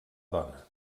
dona